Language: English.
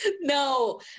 no